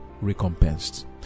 recompensed